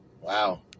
Wow